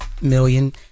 million